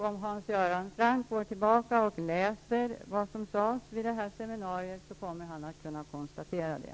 Om Hans Göran Franck går tillbaka och läser vad som sades vid seminariet kommer han att kunna konstatera det.